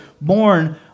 born